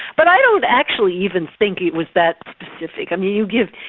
but i don't actually even think it was that specific. i mean, you give,